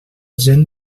gent